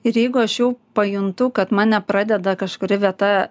ir jeigu aš jau pajuntu kad mane pradeda kažkuri vieta